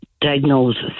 diagnosis